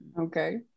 Okay